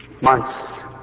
months